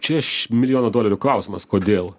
čia iš milijono dolerių klausimas kodėl